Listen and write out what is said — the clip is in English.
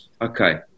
okay